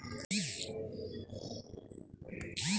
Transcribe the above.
स्थिर शेतीसाठी पिकांना वेळोवेळी योग्य खते देण्याची गरज असते